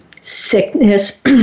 sickness